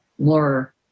more